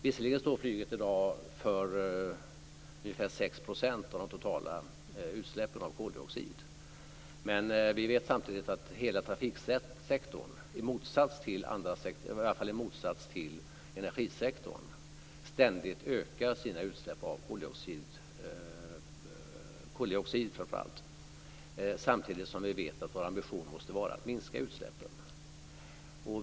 Visserligen står flyget i dag för ungefär 6 % av de totala utsläppen av koldioxid, men vi vet samtidigt att hela trafiksektorn, i motsats till energisektorn, ständigt ökar sina utsläpp av framför allt koldioxid. Samtidigt vet vi också att vår ambition måste vara att minska utsläppen.